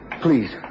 Please